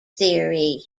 theory